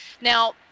now